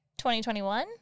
2021